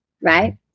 right